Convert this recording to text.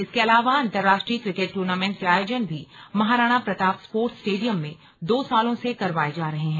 इसके अलावा अंतरराष्ट्रीय क्रिकेट ट्र्नामेण्ट के आयोजन भी महाराणा प्रताप स्पोर्ट्स स्टेडियम में दो सालों से करावाए जा रहे हैं